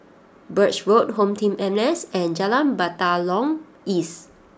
Birch Road HomeTeam N S and Jalan Batalong East